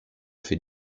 fait